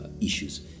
issues